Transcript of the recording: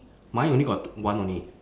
mine only got one only